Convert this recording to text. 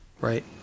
right